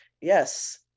yes